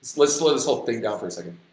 slow slow this whole thing down for a second.